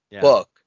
Book